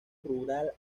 rural